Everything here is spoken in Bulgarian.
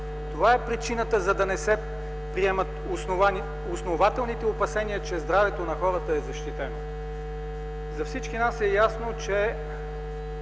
Това е причината, за да не се приемат основателните опасения, че здравето на хората не е защитено. За всички нас е ясно, че